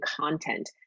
content